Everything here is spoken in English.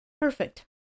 Perfect